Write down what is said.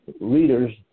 readers